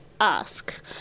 ask